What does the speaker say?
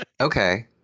Okay